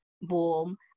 warm